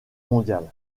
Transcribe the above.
mondiale